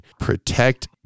protect